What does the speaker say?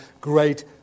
great